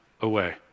away